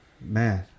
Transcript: man